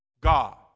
God